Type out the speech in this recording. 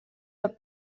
the